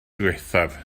ddiwethaf